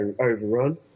overrun